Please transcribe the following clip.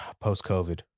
post-covid